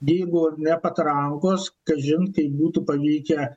jeigu ne patrankos kažin kaip būtų pavykę